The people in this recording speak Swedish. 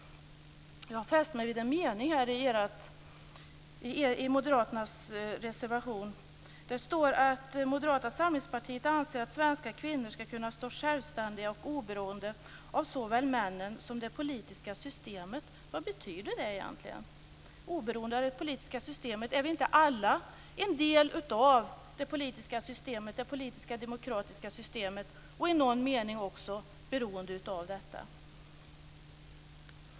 Jag fäste mig vid en mening i moderaternas reservation. Det står att Moderata samlingspartiet anser att svenska kvinnor ska kunna stå självständiga och oberoende av såväl männen som det politiska systemet. Vad betyder detta egentligen? Är vi inte alla en del av det politiska demokratiska systemet och i någon mening också beroende av detta?